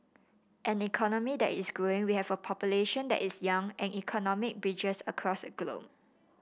an economy that is growing we have a population that is young and economic bridges across the globe